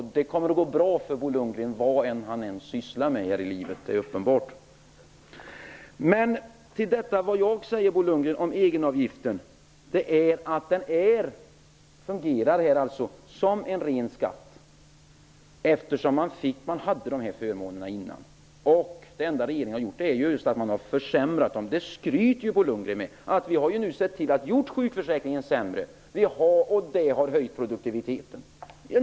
Det kommer att gå bra för Bo Lundgren, vad han än sysslar med här i livet! Det är uppenbart. Egenavgiften fungerar som en ren skatt, Bo Lundgren. Man hade dessa förmåner innan. Det enda regeringen har gjort är att den har försämrat dem. De skryter ju Bo Lundgren med. Han säger: Vi har nu sett till att sjukförsäkringen blivit sämre, och det har höjt produktiviteten.